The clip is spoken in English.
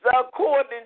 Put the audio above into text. according